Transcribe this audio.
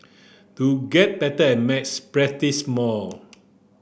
to get better at maths practise more